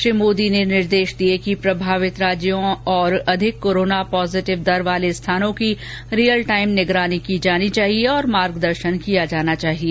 श्री मोदी ने निर्देश दिए कि प्रभावित राज्यों और अधिक कोरोना पॉजिटिव दर वाले स्थानों की रियल टाइम निगरानी की जानी चाहिए और मार्गदर्शन किया जाना चाहिए